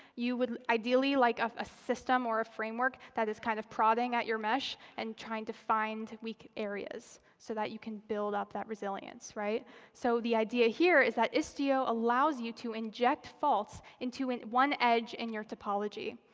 you would ideally like a system or a framework that is kind of prodding at your mesh and trying to find weak areas so that you can build up that resilience. so the idea here is that istio allows you to inject faults into and one edge in your topology.